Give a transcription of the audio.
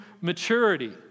maturity